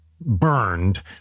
burned